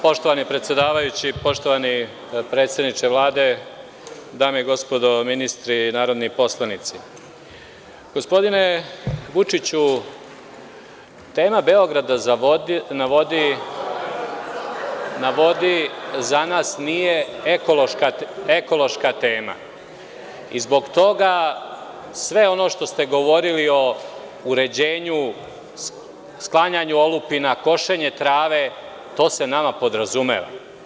Poštovani predsedavajući, poštovani predsedniče Vlade, dame i gospodo ministri, narodni poslanici, gospodine Vučiću, tema „Beograda na vodi“ za nas nije ekološka tema i zbog toga sve ono što ste govorili o uređenju, sklanjanju olupina, košenje trave, to se nama podrazumeva.